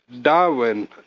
Darwin